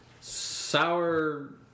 sour